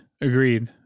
agreed